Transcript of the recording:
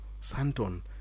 Santon